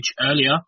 earlier